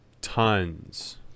tons